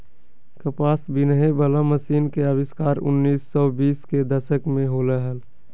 कपास बिनहे वला मशीन के आविष्कार उन्नीस सौ बीस के दशक में होलय हल